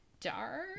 Dark